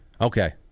Okay